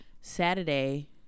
Saturday